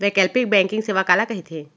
वैकल्पिक बैंकिंग सेवा काला कहिथे?